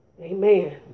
Amen